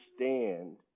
understand